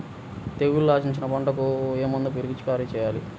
తెగుళ్లు ఆశించిన పంటలకు ఏ మందు పిచికారీ చేయాలి?